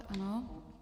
Ano.